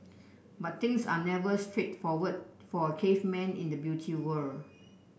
but things are never straightforward for a caveman in the Beauty World